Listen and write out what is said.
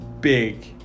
big